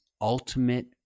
ultimate